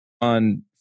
on